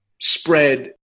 spread